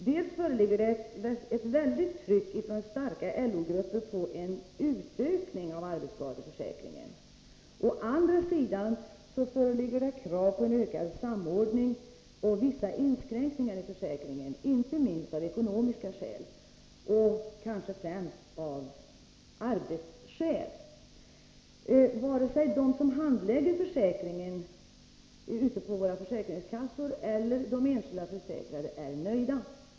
Dels föreligger det ett väldigt tryck från starka LO-grupper rörande en utökning av arbetsskadeförsäkringen, dels föreligger det krav på en ökad samordning och vissa inskränkningar i försäkringen, inte minst av ekonomiska skäl, men kanske främst av arbetsskäl. Varken de som handlägger försäkringen ute på våra försäkringskassor eller de enskilda försäkrade är nöjda.